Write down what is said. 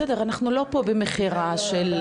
בסדר, אנחנו לא במכירה פה,